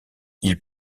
ils